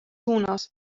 suunas